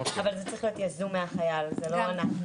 אבל זה צריך להיות יזום מהחייל, זה לא אנחנו.